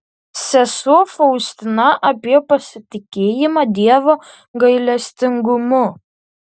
sesuo faustina apie pasitikėjimą dievo gailestingumu